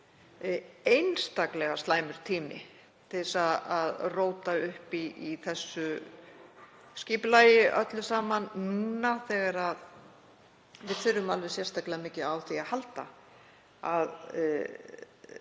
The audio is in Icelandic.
einstaklega slæmur tími til að róta upp í þessu skipulagi öllu saman nú þegar við þurfum alveg sérstaklega mikið á því að halda að